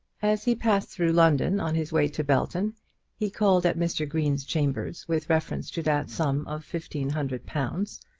as he passed through london on his way to belton he called at mr. green's chambers with reference to that sum of fifteen hundred pounds,